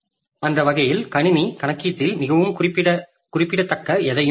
அந்த வகையில் கணினி கணக்கீட்டில் மிகவும் குறிப்பிடத்தக்க எதையும் செய்யாது